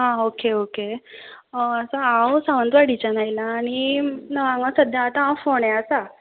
आं okay okay so हांव सावंतवाडीच्यान आयलां आनी न हांगां सद्द्या आतां हांव फोंड्या आसा